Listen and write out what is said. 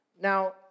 Now